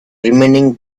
remaining